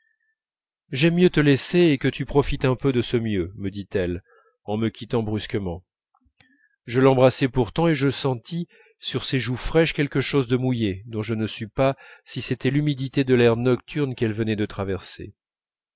j'aime mieux te laisser et que tu profites un peu de ce mieux me dit-elle en me quittant brusquement je l'embrassai pourtant et je sentis sur ses joues fraîches quelque chose de mouillé dont je ne sus pas si c'était l'humidité de l'air nocturne qu'elle venait de traverser